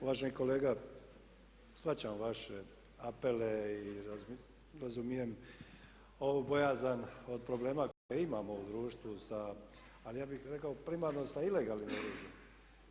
Uvaženi kolega, shvaćam vaše apele i razumijem ovu bojazan od problema koje imamo u društvu, ali ja bih rekao primarno sa ilegalnim oružjem.